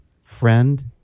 Friend